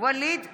ווליד טאהא,